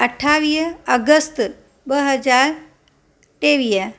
अठावीह अगस्त ॿ हज़ार टेवीह